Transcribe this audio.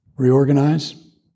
reorganize